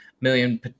million